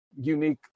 unique